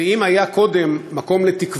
אם קודם היה מקום לתקווה,